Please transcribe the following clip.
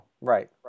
Right